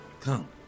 Come